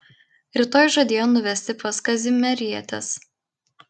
rytoj žadėjo nuvesti pas kazimierietes